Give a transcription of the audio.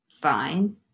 fine